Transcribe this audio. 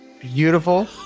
beautiful